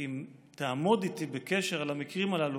אם תעמוד איתי בקשר למקרים הללו